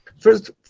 first